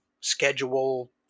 schedule